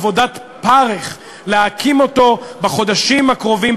עבודת פרך להקים אותו בחודשים הקרובים,